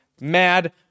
mad